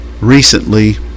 recently